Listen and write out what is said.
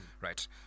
right